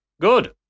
Good